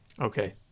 Okay